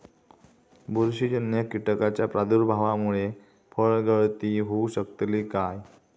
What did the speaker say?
बुरशीजन्य कीटकाच्या प्रादुर्भावामूळे फळगळती होऊ शकतली काय?